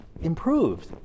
improved